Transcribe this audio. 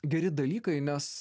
geri dalykai nes